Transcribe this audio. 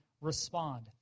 respond